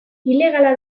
ilegala